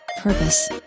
purpose